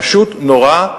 פשוט נורא.